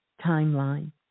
timeline